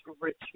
rich